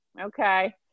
Okay